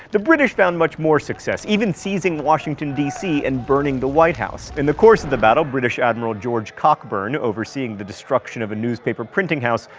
the british found much more success, even seizing washington dc and burning the white house. in the course of the battle, british admiral george cockburn, overseeing the destruction of a newspaper printing house,